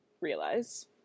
realize